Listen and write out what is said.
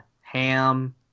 Ham